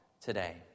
today